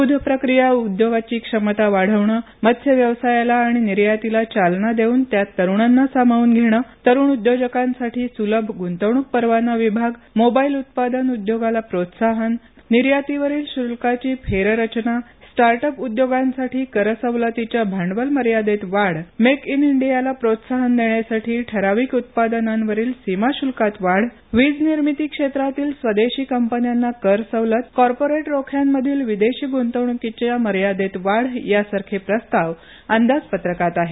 दूध प्रक्रिया उद्योगाची क्षमता वाढवणं मत्स्य व्यवसायाला आणि निर्यातीला चालना देऊन त्यात तरुणांना सामावून घेणं तरुण उद्योजकांसाठी सुलभ गुंतवणूक परवाना विभाग मोबाईल उत्पादन उद्योगाला प्रोत्साहन राष्ट्रीय तांत्रिक वस्त्रोद्योग अभियान निर्यातीवरील शुल्काची फेररचना स्टार्ट अप उद्योगांसाठी करसवलतीच्या भांडवल मर्यादेत वाढ मेक इन इंडियाला प्रोत्साहन देण्यासाठी ठराविक उत्पादनांवरील सीमाशुल्कात वाढ वीज निर्मितीक्षेत्रातील स्वदेशी कंपन्यांना कर सवलत कॉर्पोरेट रोख्यांमधील विदेशी गुंतवणुकीच्या मर्यादेत वाढ यासारखे प्रस्ताव अंदाजपत्रकात आहेत